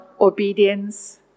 obedience